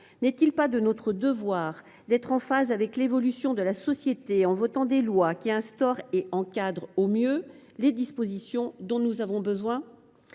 N’est il pas de notre devoir d’être en phase avec l’évolution de la société en votant des lois qui instaurent et encadrent au mieux les dispositions dont nous avons besoin ?